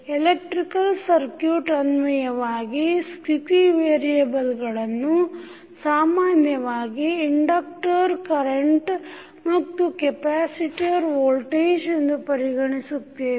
electrical circuit ಅನ್ವಯವಾಗಿ ಸ್ಥಿತಿ ವೇರಿಯೆಬಲ್ಗಳನ್ನು ಸಾಮಾನ್ಯವಾಗಿ ಇಂಡಕ್ಟರ್ ಕರೆಂಟ್ ಮತ್ತು ಕೆಪ್ಯಾಸಿಟರ್ ವೋಲ್ಟೇಜ್ ಎಂದು ಪರಿಗಣಿಸುತ್ತೇವೆ